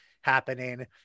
happening